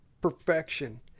perfection